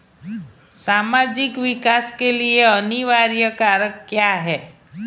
सामाजिक विकास के लिए अनिवार्य कारक क्या है?